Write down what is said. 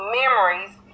memories